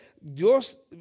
Dios